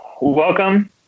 welcome